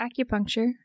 acupuncture